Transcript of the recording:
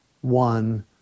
one